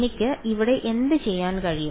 എനിക്ക് ഇവിടെ എന്തുചെയ്യാൻ കഴിയും